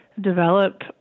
develop